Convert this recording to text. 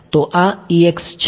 તો આ છે